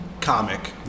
comic